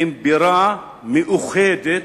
עם בירה מאוחדת,